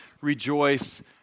rejoice